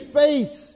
face